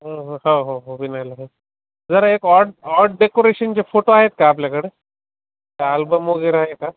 हो हो हो विनयला हो जरा एक ऑड ऑड डेकोरेशनचे फोटो आहेत का आपल्याकडे काय आल्बम वगैरे आहे का